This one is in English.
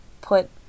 put